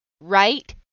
right